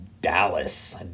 Dallas